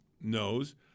knows